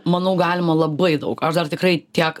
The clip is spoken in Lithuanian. manau galima labai daug aš dar tikrai tiek